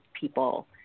people